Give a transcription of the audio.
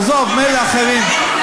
תעזוב, מילא אחרים.